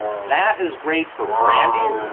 that is great for branding.